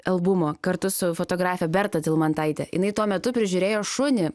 albumo kartu su fotografe berta tilmantaite jinai tuo metu prižiūrėjo šunį